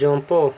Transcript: jump